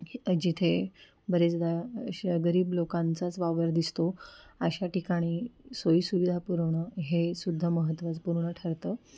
जिथे बरेचदा श गरीब लोकांचाच वावर दिसतो अशा ठिकाणी सोयीसुविधा पुरवणं हेसुद्धा महत्वपूर्ण ठरतं